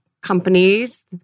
companies